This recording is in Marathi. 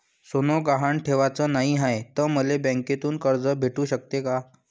सोनं गहान ठेवाच नाही हाय, त मले बँकेतून कर्ज भेटू शकते का?